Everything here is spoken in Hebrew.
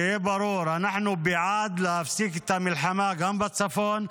שיהיה ברור: אנחנו בעד להפסיק את המלחמה גם בצפון,